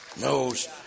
knows